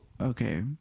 okay